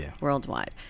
worldwide